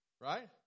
right